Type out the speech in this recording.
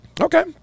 Okay